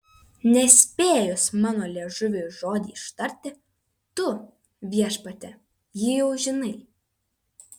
nespėjus mano liežuviui žodį ištarti tu viešpatie jį jau žinai